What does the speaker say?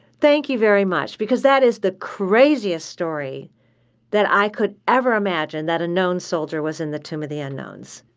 thank you very much, because that is the craziest story that i could ever imagine, that a known soldier was in the tomb of the unknowns.